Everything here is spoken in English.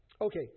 Okay